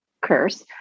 curse